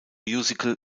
musical